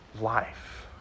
life